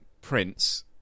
Prince